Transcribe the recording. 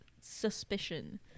suspicion